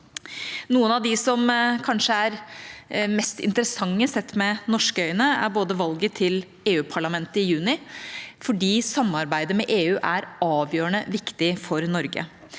Noen av dem som kanskje er mest interessante sett med norske øyne, er bl.a. valget til EU-parlamentet i juni, fordi samarbeidet med EU er avgjørende viktig for Norge.